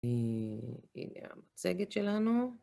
והנה המצגת שלנו.